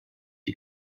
die